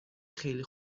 خیلی